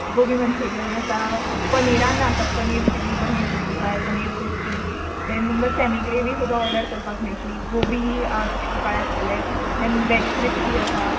gobi manchurian आसा पनिरान आसात paneer chilli paneer sixty five paneer crispy दॅन तुमकां सॅमी ग्रेवी सुद्दां ऑर्डर करपाक मेयट्ली गोबी सिक्स्टी फाय आसतलें दॅन वॅज क्रिस्पी आसा